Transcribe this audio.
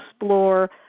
explore